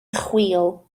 chwil